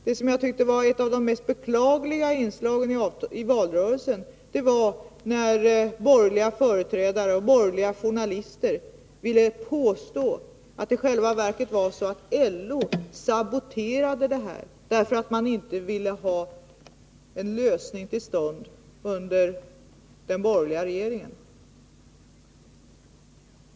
Det som jag tyckte var ett av de mest beklagliga inslagen i valrörelsen var när företrädare för de borgerliga partierna och borgerliga journalister påstod att LO i själva verket saboterade diskussionerna därför att man inte ville ha till stånd en lösning under den borgerliga regeringen.